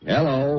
Hello